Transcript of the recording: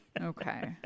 Okay